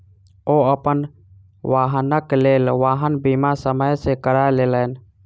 ओ अपन वाहनक लेल वाहन बीमा समय सॅ करा लेलैन